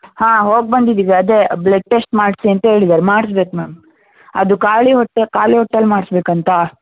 ಹಾಂ ಹೋಗಿ ಬಂದಿದ್ದೀವಿ ಅದೇ ಬ್ಲಡ್ ಟೆಸ್ಟ್ ಮಾಡಿಸಿ ಅಂತ ಹೇಳಿದಾರೆ ಮಾಡ್ಸ್ಬೇಕು ಮ್ಯಾಮ್ ಅದು ಖಾಲಿ ಹೊಟ್ಟೆ ಖಾಲಿ ಹೊಟ್ಟೆಯಲ್ಲಿ ಮಾಡ್ಸ್ಬೇಕಂತ